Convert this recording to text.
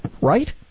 right